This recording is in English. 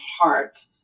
heart